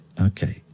okay